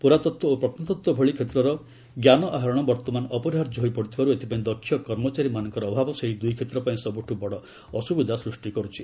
ପୁରାତତ୍ତ୍ୱ ଓ ପ୍ରତ୍ନତତ୍ତ୍ୱ ଭଳି କ୍ଷେତ୍ରରେ ଜ୍ଞାନ ଆହରଣ ବର୍ତ୍ତମାନ ଅପରିହାର୍ଯ୍ୟ ହୋଇପଡ଼ିଥିବାରୁ ଏଥିପାଇଁ ଦକ୍ଷ କର୍ମଚାରୀମାନଙ୍କର ଅଭାବ ସେହି ଦୁଇ କ୍ଷେତ୍ରପାଇଁ ସବୁଠୁ ବଡ଼ ଅସୁବିଧା ସୃଷ୍ଟି କରୁଛି